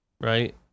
right